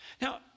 Now